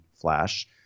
flash